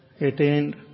attained